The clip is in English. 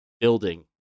building